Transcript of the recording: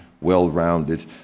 well-rounded